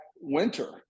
winter